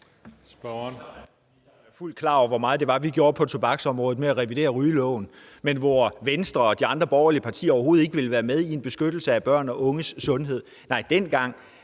er fuldt ud klar over, hvor meget vi gjorde på tobaksområdet med at revidere rygeloven, men hvor Venstre og de andre borgerlige partier overhovedet ikke ville være med til en beskyttelse af børn og unges sundhed.